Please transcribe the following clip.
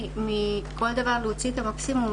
מכל דבר להוציא את המקסימום.